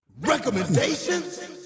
Recommendations